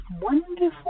wonderful